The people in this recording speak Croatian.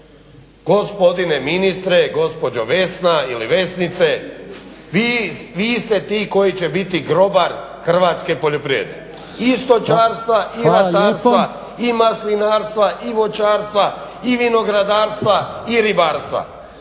gospodine ministre, gospođo Vesna ili Vesnice, vi ste ti koji će biti grobar hrvatske poljoprivrede i stočarstva i ratarstva i maslinarstva i voćarstva i vinogradarstva i ribarstva.